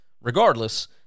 regardless